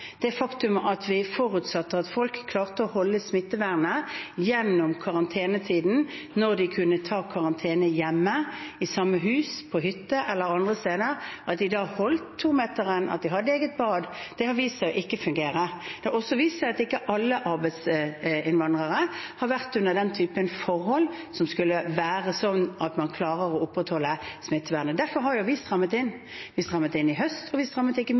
Det faktum at vi forutsatte at folk klarte å holde smittevernet gjennom karantenetiden når de kunne ta karantene hjemme – i samme hus, på hytte eller andre steder, at de da holdt to-meteren, at de hadde eget bad – har vist seg å ikke fungere. Det har også vist seg at ikke alle arbeidsinnvandrere har vært under den typen forhold som gjør at man klarer å opprettholde smittevernet. Derfor har vi strammet inn, vi strammet inn i høst, og vi strammet ikke